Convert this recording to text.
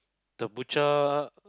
the butcher